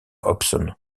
hobson